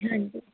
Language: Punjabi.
ਹਾਂਜੀ